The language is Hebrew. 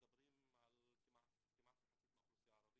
מדברים על כמעט מחצית מהאוכלוסייה הערבית.